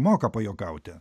moka pajuokauti